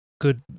good